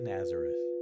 Nazareth